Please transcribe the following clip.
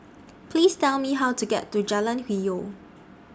Please Tell Me How to get to Jalan Hwi Yoh